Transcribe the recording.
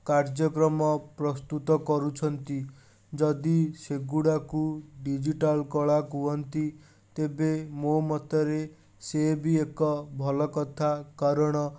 କାର୍ଯ୍ୟକ୍ରମ ପ୍ରସ୍ତୁତ କରୁଛନ୍ତି ଯଦି ସେଗୁଡ଼ାକୁ ଡ଼ିଜିଟାଲ୍ କଳା କୁହନ୍ତି ତେବେ ମୋ ମତରେ ସେ ବି ଏକ ଭଲ କଥା କାରଣ